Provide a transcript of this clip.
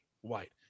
White